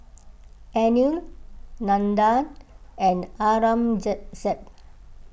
Anil Nandan and Aurangzeb